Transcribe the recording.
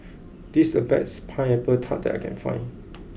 this is the best pineapple Tart that I can find